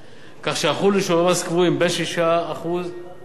כדי שיחולו שיעורי מס קבועים בין 6% ל-12%,